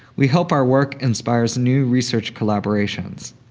we hope our work inspires new research collaborations.